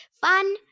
Fun